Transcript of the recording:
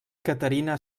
caterina